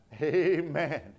Amen